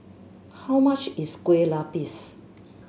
how much is Kueh Lapis